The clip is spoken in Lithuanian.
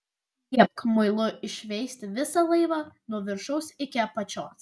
liepk muilu iššveisti visą laivą nuo viršaus iki apačios